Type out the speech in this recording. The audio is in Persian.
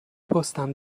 پستم